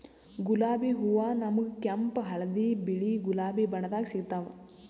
ಗುಲಾಬಿ ಹೂವಾ ನಮ್ಗ್ ಕೆಂಪ್ ಹಳ್ದಿ ಬಿಳಿ ಗುಲಾಬಿ ಬಣ್ಣದಾಗ್ ಸಿಗ್ತಾವ್